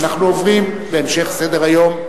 אנחנו עוברים להמשך סדר-היום,